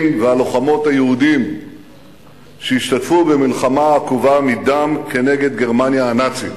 והלוחמות היהודים שהשתתפו במלחמה העקובה מדם כנגד גרמניה הנאצית.